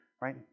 right